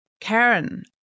Karen